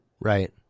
Right